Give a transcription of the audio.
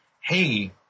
Hey